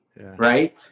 right